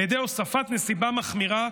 על ידי הוספת נסיבה מחמירה.